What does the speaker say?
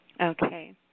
Okay